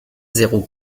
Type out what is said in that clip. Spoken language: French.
zéro